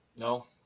No